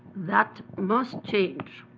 that must change.